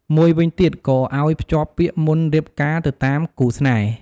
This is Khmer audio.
មួយវិញទៀតក៏អោយភ្ជាប់ពាក្យមុនរៀបការទៅតាមគូស្នេហ៍។